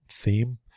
theme